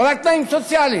לא רק תנאים סוציאליים,